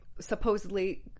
supposedly